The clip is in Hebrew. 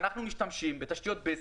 אנחנו משתמשים בתשתיות בזק,